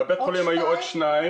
בבית חולים היו עוד שתיים,